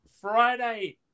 Friday